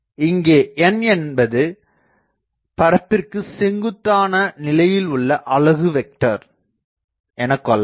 இங்கே nஎன்பது பரப்பிற்குச் செங்குத்தான திசையில் உள்ள அலகு வெக்ட்டர் எனக்கொள்ளலாம்